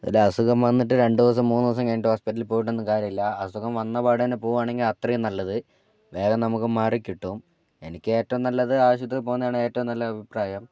ഒരു അസുഗം വന്നിട്ട് രണ്ടു ദിവസം മൂന്നു ദിവസം കഴിഞ്ഞിട്ട് ഹോസ്പിറ്റലിൽ പോയിട്ടൊന്നും കാര്യമില്ല അസുഗം വന്നപാടെതന്നെ പോവുകയാണെങ്കിൽ അത്രയും നല്ലത് വേഗം നമുക്ക് മാറിക്കിട്ടും എനിക്ക് ഏറ്റവും നല്ലത് ആശുപത്രി പോകുന്നതാണ് ഏറ്റവും നല്ല അഭിപ്രായം